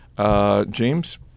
James